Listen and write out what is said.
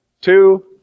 two